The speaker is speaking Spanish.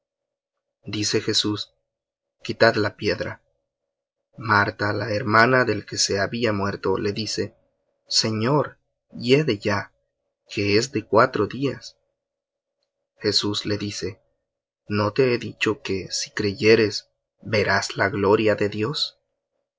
dice jesús quitad la piedra marta la hermana del que se había muerto le dice señor hiede ya que es de cuatro días jesús le dice no te he dicho que si creyeres verás la gloria de dios